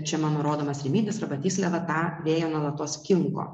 čia mano rodomas rimydis arba tysliava tą vėją nuolatos kinko